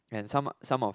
and some some of